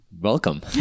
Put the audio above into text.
welcome